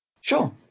Sure